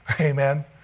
Amen